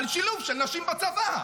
על שילוב של נשים בצבא.